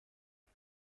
سال